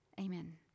Amen